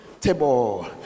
table